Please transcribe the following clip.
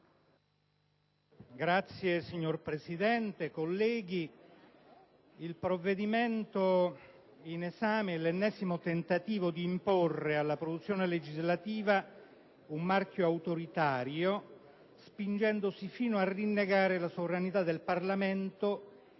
*(IdV)*. Signor Presidente, onorevoli colleghi, il provvedimento in esame è l'ennesimo tentativo di imporre alla produzione legislativa un marchio autoritario, spingendosi fino a rinnegare la sovranità del Parlamento